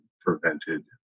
prevented